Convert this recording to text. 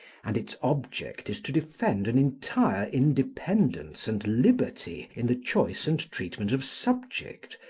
and its object is to defend an entire independence and liberty in the choice and treatment of subject,